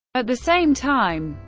at the same time,